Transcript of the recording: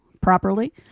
properly